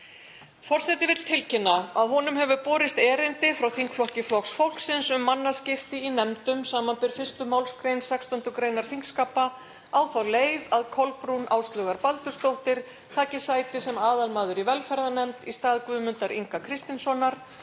Forseti vill tilkynna að honum hefur borist erindi frá þingflokki Flokks fólksins um mannaskipti í nefndum, sbr. 1. mgr. 16. gr. þingskapa, á þá leið að Kolbrún Áslaugar Baldursdóttir taki sæti sem aðalmaður í velferðarnefnd í stað Guðmundar Inga Kristinssonar